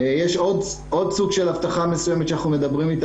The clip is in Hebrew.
יש עוד סוג של אבטחה מסוימת שאנחנו מדברים עליה,